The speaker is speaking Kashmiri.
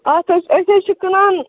اَتھ حظ چھُ أسۍ حظ چھِ کٕنان